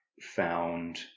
found